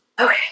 Okay